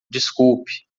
desculpe